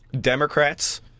Democrats